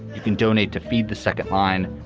you can donate to feed the second line,